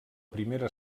primera